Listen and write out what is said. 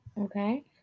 Okay